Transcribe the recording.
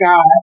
God